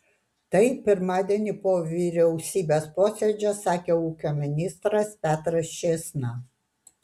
tai pirmadienį po vyriausybės posėdžio sakė ūkio ministras petras čėsna